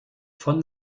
von